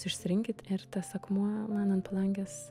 išsirinkit ir tas akmuo man ant palangės